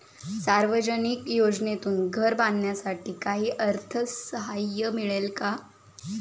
सामाजिक योजनेतून घर बांधण्यासाठी काही अर्थसहाय्य मिळेल का?